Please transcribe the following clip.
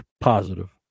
positive